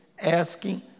asking